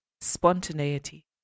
spontaneity